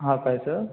हां काय सं